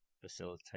facilitate